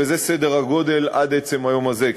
וזה סדר הגודל עד עצם היום הזה,